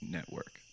Network